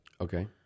Okay